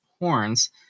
horns